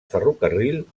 ferrocarril